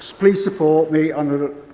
please support me on